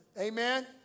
Amen